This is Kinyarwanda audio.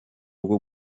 rwo